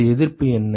இந்த எதிர்ப்பு என்ன